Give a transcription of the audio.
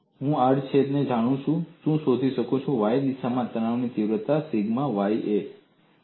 જો હું આડછેદને જાણું છું તો હું શોધી શકું છું કે y દિશામાં તણાવની તીવ્રતા સિગ્મા y a છે